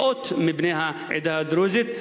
מאות מבני העדה הדרוזית,